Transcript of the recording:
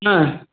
न